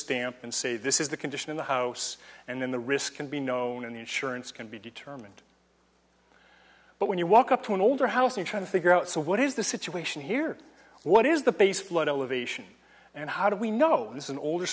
stamp and say this is the condition of the house and then the risk can be known and the insurance can be determined but when you walk up to an older house and try to figure out so what is the situation here what is the base flood elevation and how do we know this is an older